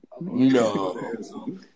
no